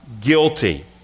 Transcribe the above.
guilty